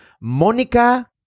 Monica